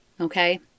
Okay